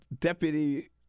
deputy